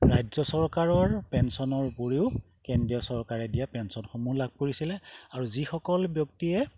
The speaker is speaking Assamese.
ৰাজ্য চৰকাৰৰ পেঞ্চনৰ উপৰিও কেন্দ্ৰীয় চৰকাৰে দিয়া পেঞ্চনসমূহ লাভ কৰিছিলে আৰু যিসকল ব্যক্তিয়ে